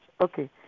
Okay